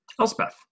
Elspeth